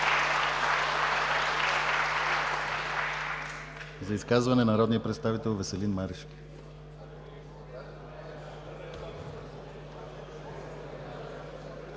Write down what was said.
За изказване – народният представител Веселин Марешки.